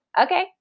okay